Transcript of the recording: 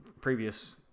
previous